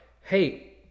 hey